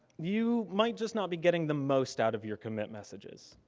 you might just not be getting the most out of your commit messages.